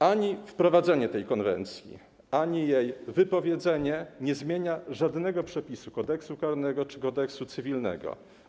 Ani wprowadzenie tej konwencji, ani jej wypowiedzenie nie zmienia żadnego przepisu Kodeksu karnego czy Kodeksu cywilnego.